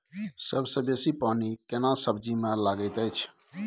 सबसे बेसी पानी केना सब्जी मे लागैत अछि?